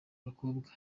bakobwa